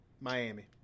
Miami